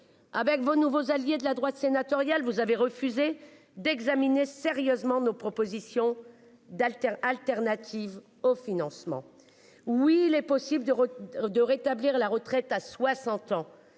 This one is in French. Avec vos nouveaux alliés de la droite sénatoriale. Vous avez refusé d'examiner sérieusement nos propositions d'Alter alternative au financement. Oui il est possible de. De rétablir la retraite à 60 ans